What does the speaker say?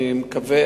אני מקווה,